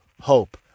hope